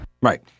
Right